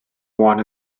one